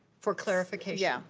for clarification. yeah